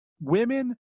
women